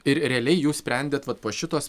ir realiai jūs sprendėt vat po šitos